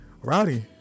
Rowdy